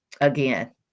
again